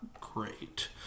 great